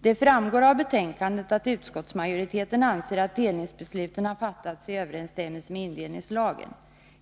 Det framgår av betänkandet att utskottsmajoriteten anser att delningsbe 9” sluten har fattats i överensstämmelse med indelningslagen.